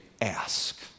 ask